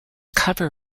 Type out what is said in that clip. cover